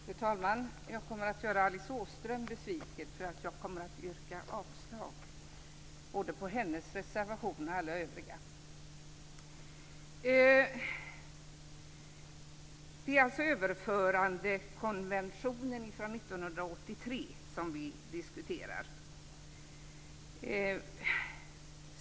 Fru talman! Jag kommer att göra Alice Åström besviken. Jag kommer nämligen att yrka avslag både på hennes reservationer och på övriga reservationer. Det är alltså överförandekonventionen från 1983 som vi diskuterar.